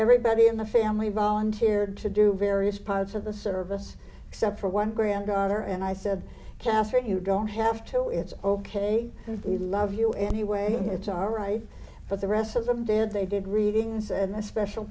everybody in the family volunteered to do various parts of the service except for one granddaughter and i said castrate you don't have to it's ok we love you anyway it's all right for the rest of them did they did readings and special